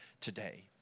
today